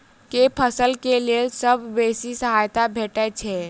केँ फसल केँ लेल सबसँ बेसी सहायता भेटय छै?